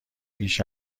بیش